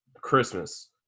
Christmas